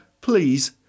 Please